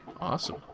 awesome